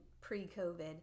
pre-COVID